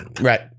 Right